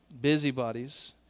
busybodies